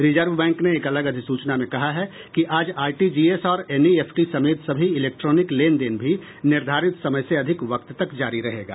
reserve bank ने एक अलग अधिसूचना में कहा है कि आज आरटीजी एस और एनईएफटी समेत सभी इलेक्ट्रॉनिक लेनदेन भी निर्धारित समय से अधिक वक्त तक जारी रहेगा